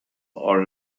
are